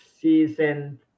season